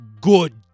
good